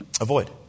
Avoid